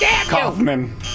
Kaufman